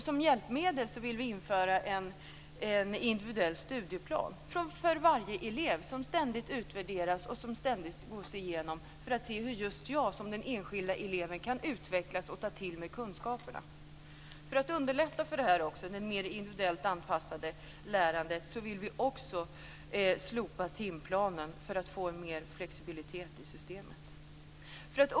Som hjälpmedel vill vi införa en individuell studieplan för varje elev, som ständigt utvärderas och gås igenom för att se hur just jag som enskild elev kan utvecklas och ta till mig kunskaperna. För att underlätta för detta mer individuellt anpassade lärande vill vi också slopa timplanen för att få mer flexibilitet i systemet.